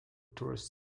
tourist